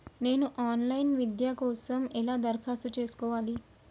నేను online విద్య కోసం ఎలా దరఖాస్తు చేసుకోవాలి?